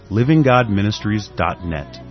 livinggodministries.net